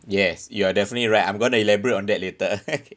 yes you are definitely right I'm going to elaborate on that later